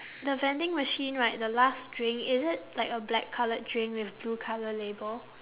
the vending machine right the last drink is it like a black coloured drink with blue colour label